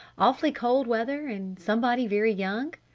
awfully cold weather? and somebody very young?